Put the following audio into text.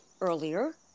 earlier